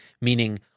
Meaning